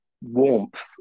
warmth